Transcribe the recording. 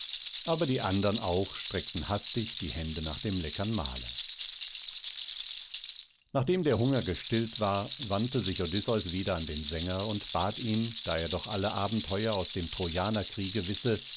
aber die andern auch streckten hastig die hände nach dem leckern mahle nachdem der hunger gestillt war wandte sich odysseus wieder an den sänger und bat ihn da er doch alle abenteuer aus dem trojanerkriege wisse